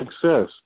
success